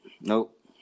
Nope